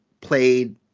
Played